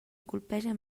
colpeja